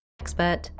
Expert